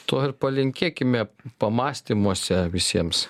to ir palinkėkime pamąstymuose visiems